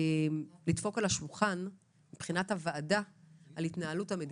מבחינת הוועדה זה היה לדפוק על השולחן על התנהלות המדינה.